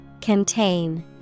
Contain